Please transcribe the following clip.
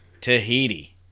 Tahiti